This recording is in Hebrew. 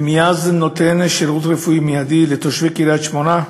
ואשר מאז נותן שירות רפואי מיידי לתושבי קריית-שמונה,